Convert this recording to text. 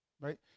Right